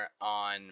on